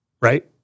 right